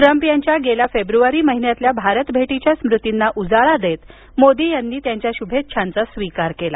Trump यांच्या गेल्या फेब्रुवारी महिन्यातील भारत भेटीच्या स्मृतींना उजाळा देत मोदी यांनी त्यांच्या शुभेच्छांचा स्वीकार केला